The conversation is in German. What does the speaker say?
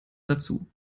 dazu